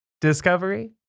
discovery